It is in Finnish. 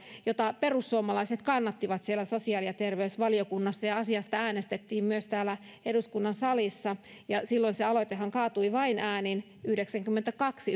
jota perussuomalaiset kannattivat sosiaali ja terveysvaliokunnassa asiasta äänestettiin myös täällä eduskunnan salissa ja silloinhan se aloite kaatui vain äänin yhdeksänkymmentäkaksi